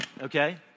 okay